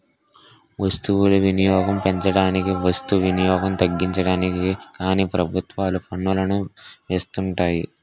వస్తువులు వినియోగం పెంచడానికి వస్తు వినియోగం తగ్గించడానికి కానీ ప్రభుత్వాలు పన్నులను వేస్తుంటాయి